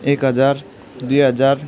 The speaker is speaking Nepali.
एक हजार दुई हजार